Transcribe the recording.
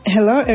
Hello